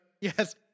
yes